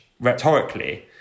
rhetorically